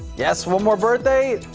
yes one more birthday.